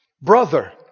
Brother